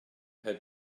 had